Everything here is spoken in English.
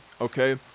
okay